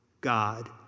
God